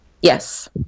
Yes